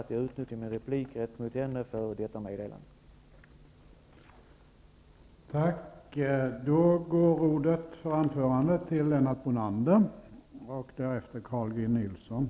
Jag ber också om Annika Åhnbergs överseende med att jag utnyttjar min rätt att replikera på henne till detta meddelande.